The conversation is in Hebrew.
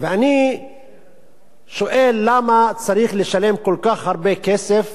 ואני שואל למה צריך לשלם כל כך הרבה כסף